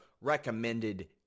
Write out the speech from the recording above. Recommended